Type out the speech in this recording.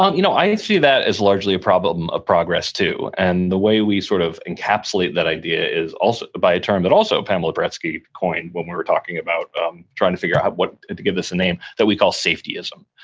um you know i see that as largely a problem of progress, too, and the way we sort of encapsulate that idea is by a term that also pamela paresky coined when we were talking about um trying to figure out what and to give this a name, that we call safetyism,